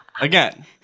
again